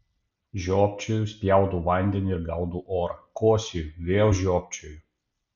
žiopčioju spjaudau vandenį ir gaudau orą kosėju vėl žiopčioju